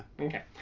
Okay